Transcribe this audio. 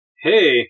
hey